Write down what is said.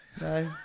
No